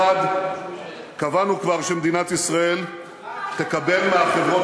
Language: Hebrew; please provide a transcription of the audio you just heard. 1. קבענו כבר שמדינת ישראל תקבל מהחברות